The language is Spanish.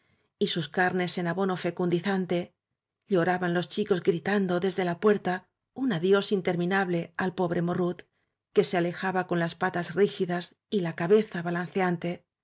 y sus carnes en abono fecundizante lloraban los chi cos gritando desde la puerta un adiós intermi nable al pobre mornit que se alejaba con las patas rígidas y la cabeza